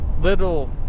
little